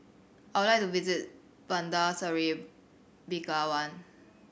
I would like to visit Bandar Seri Begawan